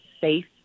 safe